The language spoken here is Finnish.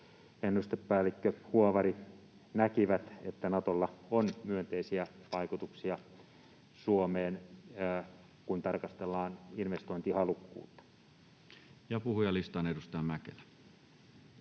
ennustepäällikkö Huovari näkivät, että Natolla on myönteisiä vaikutuksia Suomeen, kun tarkastellaan investointihalukkuutta. Ja puhujalistaan. — Edustaja Mäkelä.